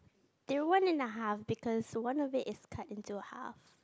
they're one and a half because one of it is cut into half